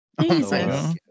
Jesus